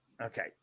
Okay